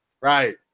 Right